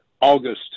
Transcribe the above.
August